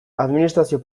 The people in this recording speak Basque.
administrazio